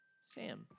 Sam